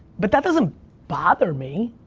but that doesn't bother me.